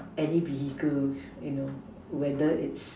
any vehicles you know whether it's